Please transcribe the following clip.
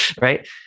right